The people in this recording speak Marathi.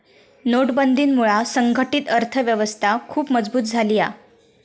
नोटबंदीमुळा संघटीत अर्थ व्यवस्था खुप मजबुत झाली हा